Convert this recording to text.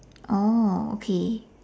oh okay